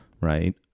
Right